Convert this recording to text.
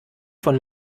von